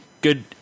good